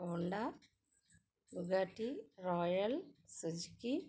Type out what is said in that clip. Honda ఉగాటి Royal Suzuki